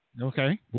Okay